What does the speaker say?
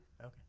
Okay